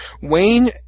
Wayne